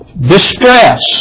Distress